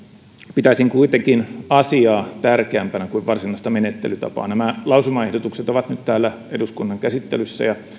pitäisin kuitenkin asiaa tärkeämpänä kuin varsinaista menettelytapaa nämä lausumaehdotukset ovat nyt täällä eduskunnan käsittelyssä ja